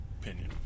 opinion